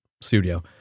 studio